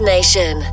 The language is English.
Nation